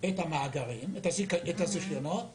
את הזיכיונות,